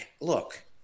look